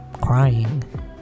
crying